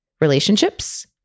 relationships